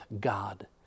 God